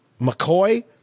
McCoy